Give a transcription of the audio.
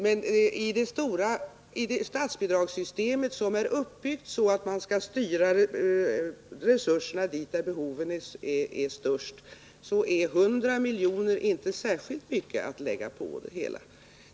Men i ett statsbidragssystem som är uppbyggt så att man skall kunna styra resurserna dit där behoven är störst är 100 miljoner inte särskilt mycket pengar att lägga på det hela.